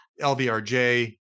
LVRJ